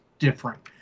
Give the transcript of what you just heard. different